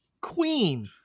Queen